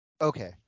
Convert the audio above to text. Okay